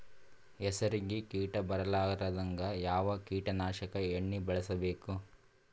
ಹೆಸರಿಗಿ ಕೀಟ ಬರಲಾರದಂಗ ಯಾವ ಕೀಟನಾಶಕ ಎಣ್ಣಿಬಳಸಬೇಕು?